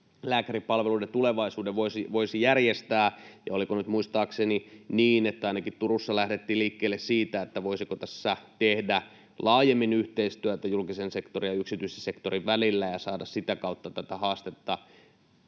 eläinlääkäripalveluiden tulevaisuuden voisi järjestää. Ja oliko nyt muistaakseni niin, että ainakin Turussa lähdettiin liikkeelle siitä, voisiko tässä tehdä laajemmin yhteistyötä julkisen sektorin ja yksityisen sektorin välillä ja saada sitä kautta tätä haastetta